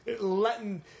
letting